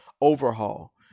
overhaul